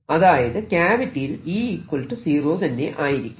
അതായത് ക്യാവിറ്റിയിൽ E 0 തന്നെ ആയിരിക്കും